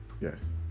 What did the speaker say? yes